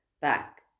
back